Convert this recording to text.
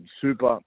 super